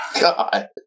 god